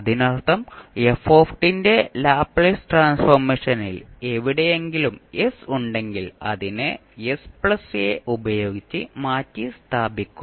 അതിനർത്ഥം f ന്റെ Laplace ട്രാൻസ്ഫോർമേഷനിൽ എവിടെയെങ്കിലും s ഉണ്ടെങ്കിൽ അതിനെ sa ഉപയോഗിച്ച് മാറ്റിസ്ഥാപിക്കും